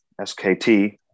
SKT